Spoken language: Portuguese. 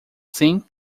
sim